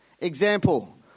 Example